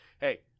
hey